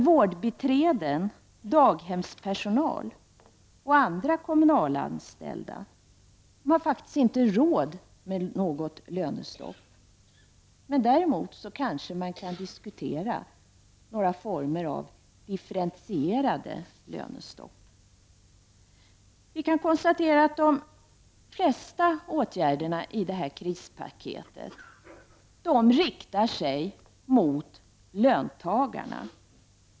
Vårdbiträden, daghemspersonal och andra kommunalanställda har faktiskt inte råd med något lönestopp, men däremot kan man kanske diskutera några former av differentierat lönestopp. Vi kan konstatera att de flesta åtgärderna i krispaketet riktar sig mot löntagarna.